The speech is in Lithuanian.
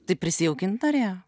taip prisijaukint norėjo